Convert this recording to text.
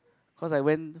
cause I went